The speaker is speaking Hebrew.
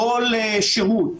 לא לשירות,